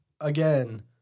Again